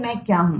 मैं क्या हूँ